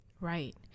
Right